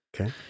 Okay